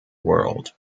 world